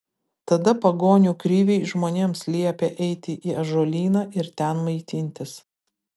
tada pagonių kriviai žmonėms liepė eiti į ąžuolyną ir ten maitintis